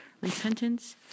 Repentance